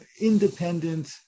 independent